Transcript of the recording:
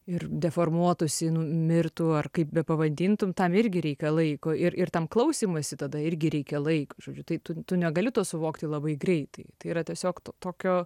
ir deformuotųsi nu mirtų ar kaip bepavadintum tam irgi reika laiko ir ir tam klausymuisi tada irgi reikia laiko žodžiu tai tu tu negali to suvokti labai greitai tai yra tiesiog tu tokio